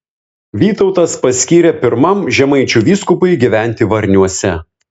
vytautas paskyrė pirmam žemaičių vyskupui gyventi varniuose